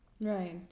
Right